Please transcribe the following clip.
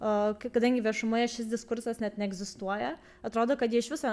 a kai kadangi viešumoje šis diskursas net neegzistuoja atrodo kad jie iš viso